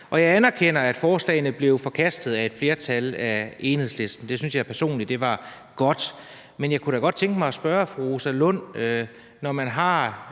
Jeg anerkender, at forslagene blev forkastet af et flertal i Enhedslisten. Det synes jeg personligt var godt. Men jeg kunne da godt tænke mig at spørge fru Rosa Lund: Når man har